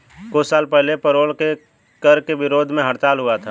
कुछ साल पहले पेरोल कर के विरोध में हड़ताल हुआ था